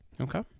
Okay